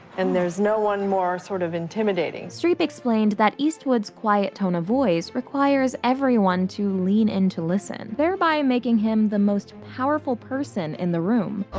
and there's no one more sort of intimidating. streep explained that eastwood's quiet tone of voice requires everyone to lean in to listen, thereby making him the most powerful person in the room.